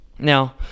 Now